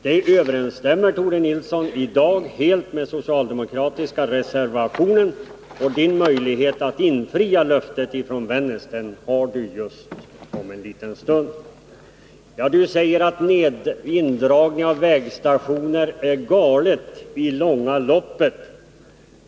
Det överensstämmer, Tore Nilsson, i dag helt med den socialdemokratiska reservationen, och möjligheten att infria löftet från Vännäs kommer om en liten stund. Tore Nilsson säger att indragningen av vägstationer är galen i det långa loppet.